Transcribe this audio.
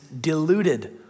deluded